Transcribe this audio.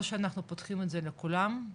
או שאנחנו פותחים את זה לכולם,